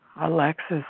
Alexis